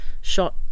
shot